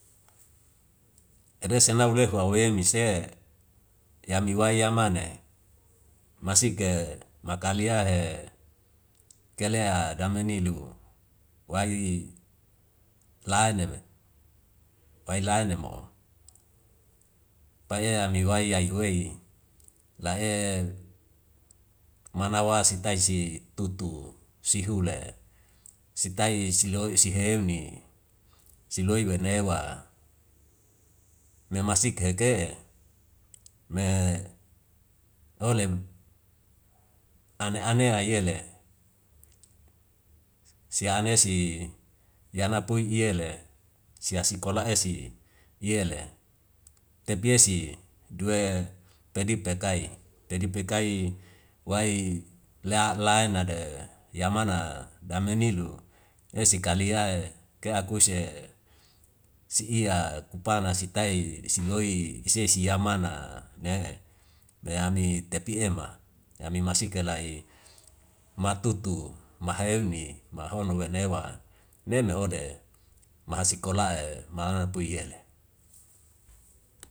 Edesa nau le ko awemi se yami wayama ne masik maka lia he ka lea dame nilu wai lane me, wai lane mo paye mi wai yaihu wei la el manawa sitai si tutu si hule sitai si loi si heuni wenewa nemasik kehe ke'e me olem ane anea yele si anesi yana pui i'yele si asikola esi yele tepi esi du pedi pekai, pedi pekai wai la na de yamana dame nilu esi kalia ke akuise si ia kupana sitai si loi sia si yamana ne me ami tepi ema nami masika lai matutu maha euni mahono wenewa nem no hode maha sikola ma'a pui yele.